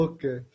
Okay